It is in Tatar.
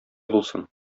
булсын